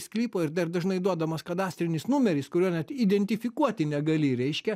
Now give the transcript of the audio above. sklypo ir dar dažnai duodamas kadastrinis numeris kurio net identifikuoti negali reiškia